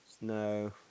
No